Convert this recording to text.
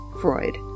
freud